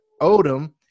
Odom